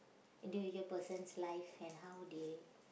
individual person's life and how they